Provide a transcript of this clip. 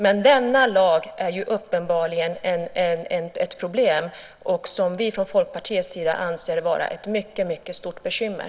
Men denna lag är uppenbarligen ett problem som vi från Folkpartiet anser vara ett mycket stort bekymmer.